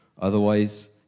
Otherwise